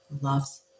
loves